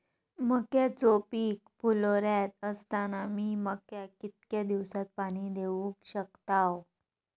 मक्याचो पीक फुलोऱ्यात असताना मी मक्याक कितक्या दिवसात पाणी देऊक शकताव?